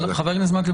אבל חבר הכנסת מקלב,